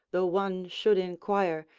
though one should inquire,